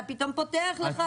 אתה פתאום פותח לך.